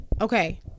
Okay